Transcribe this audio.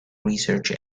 research